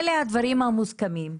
אלה הדברים המוסכמים,